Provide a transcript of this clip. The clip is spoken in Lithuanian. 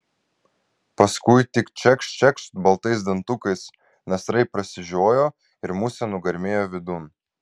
paskui tik čekšt čekšt baltais dantukais nasrai prasižiojo ir musė nugarmėjo vidun